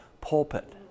pulpit